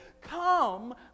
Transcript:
come